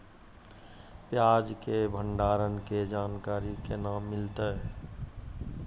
प्याज के भंडारण के जानकारी केना मिलतै?